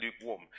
lukewarm